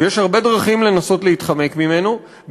ויש הרבה דרכים לנסות להתחמק ממנו,